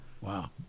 Wow